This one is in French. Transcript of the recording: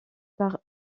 par